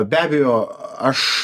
be abejo aš